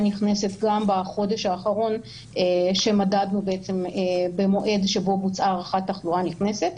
נכנסת גם בחודש האחרון שמדדנו במועד שבו בוצעה הערכת תחלואה נכנסת.